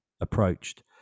approached